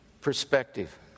perspective